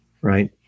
right